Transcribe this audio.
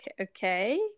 okay